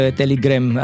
telegram